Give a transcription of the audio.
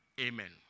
Amen